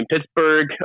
Pittsburgh